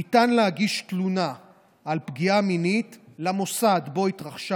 ניתן להגיש תלונה על פגיעה מינית למוסד שבו התרחשה